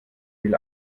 will